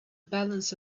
balance